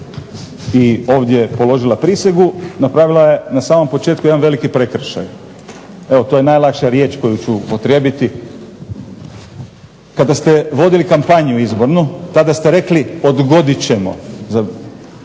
i ovdje položila prisegu, napravila je na samom početku jedan veliki prekršaj. Evo to je najlakša riječ koju ću upotrijebiti. Kada ste vodili izbornu kampanju tada ste rekli odgodit ćemo.